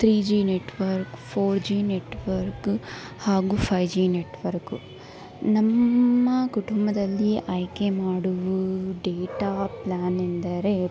three G network four G network ಹಾಗೂ five G network ನಮ್ಮ ಕುಟುಂಬದಲ್ಲಿ ಆಯ್ಕೆ ಮಾಡುವ ಡೇಟಾ ಪ್ಲಾನ್ ಎಂದರೆ